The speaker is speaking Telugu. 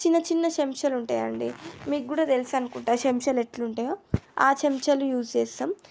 చిన్న చిన్న చెంచాలు ఉంటాయండి మీకు కూడా తెలుసు అనుకుంటా ఆ చెంచాలు ఎట్లా ఉంటాయో ఆ చెంచాలు యూస్ చేస్తాం